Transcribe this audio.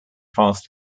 fast